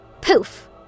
Poof